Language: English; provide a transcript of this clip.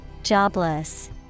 jobless